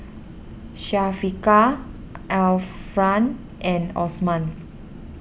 Syafiqah Alfian and Osman